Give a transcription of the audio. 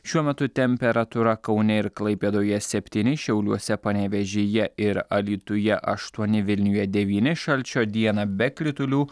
šiuo metu temperatūra kaune ir klaipėdoje septyni šiauliuose panevėžyje ir alytuje aštuoni vilniuje devyni šalčio dieną be kritulių